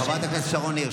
חברת הכנסת שרון ניר,